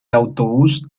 autobús